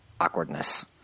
awkwardness